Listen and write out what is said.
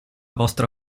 vostra